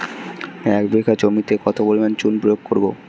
এক বিঘা জমিতে কত পরিমাণ চুন প্রয়োগ করব?